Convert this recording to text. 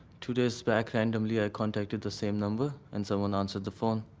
two days back, randomly i contacted the same number and someone answered the phone.